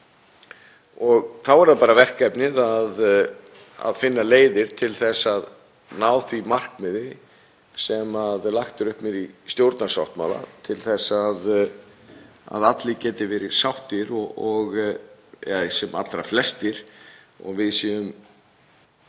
Þá er það bara verkefnið að finna leiðir til að ná því markmiði sem lagt er upp með í stjórnarsáttmála að allir geti verið sáttir eða sem allra flestir og við séum